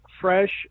Fresh